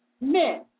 men